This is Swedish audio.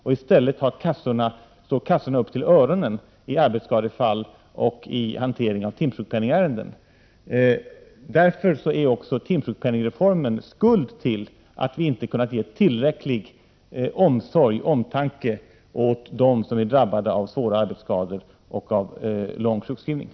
Arbetet med arbetsskadefallen och hanteringen av timsjukpenningärenden står i stället kassapersonalen upp över öronen. Därför är timsjukpenningreformen skuld till att vi inte kunnat ge tillräcklig omsorg och omtanke åt dem som blir drabbade av svåra arbetsskador och långtidssjukskrivningar.